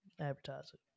advertising